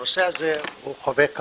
הנושא הזה הוא חובק הכול,